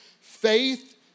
Faith